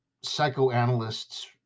psychoanalysts